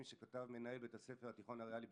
שכתב מנהל בית הספר התיכון הריאלי בחיפה,